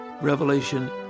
revelation